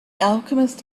alchemist